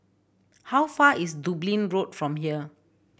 how far is Dublin Road from here